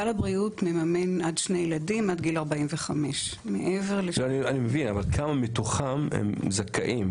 סל הבריאות מממן עד שני ילדים עד גיל 45. כמה מתוכם זכאים?